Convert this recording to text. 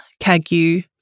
Kagyu